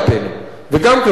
כלפינו.